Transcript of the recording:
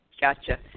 Gotcha